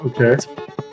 okay